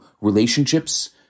relationships